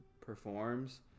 performs